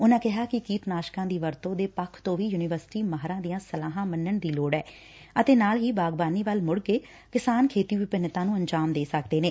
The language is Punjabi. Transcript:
ਉਨੁਾਂ ਕਿਹਾ ਕਿ ਕੀਟਨਾਸਕਾ ਦੀ ਵਰਤੋ ਦੇ ਪੱਖ ਤੋ ਵੀ ਯੁਨੀਵਰਸਿਟੀ ਮਾਹਿਰਾ ਦੀਆ ਸਲਾਹਾ ਮੰਨਣ ਦੀ ਲੋੜ ਐ ਅਤੇ ਨਾਲ ਹੀ ਬਾਗਬਾਨੀ ਵੱਲ ਮੁੜ ਕੇ ਕਿਸਾਨ ਖੇਤੀ ਵਿੰਭਿਨਤਾ ਨੂੰ ਅੰਜਾਮ ਦੇ ਸਕਦੇ ਨੇ